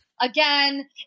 Again